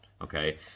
Okay